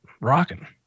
rocking